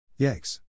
Yikes